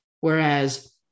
whereas